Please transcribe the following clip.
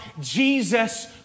Jesus